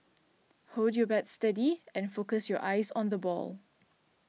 hold your bat steady and focus your eyes on the ball